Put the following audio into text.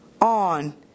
on